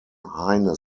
heine